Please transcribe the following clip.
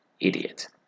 Idiot